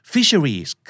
Fisheries